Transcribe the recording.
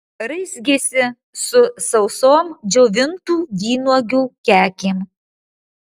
raizgėsi su sausom džiovintų vynuogių kekėm